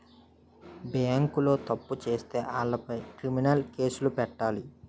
బేంకోలు తప్పు సేత్తే ఆలపై క్రిమినలు కేసులు పెట్టాలి